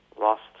lost